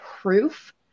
proof